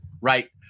right